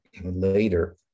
later